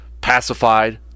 pacified